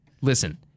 listen